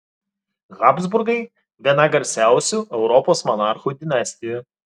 habsburgai viena garsiausių europos monarchų dinastijų